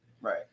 Right